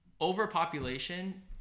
overpopulation